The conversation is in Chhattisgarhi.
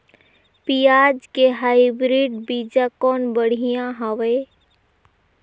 पियाज के हाईब्रिड बीजा कौन बढ़िया हवय?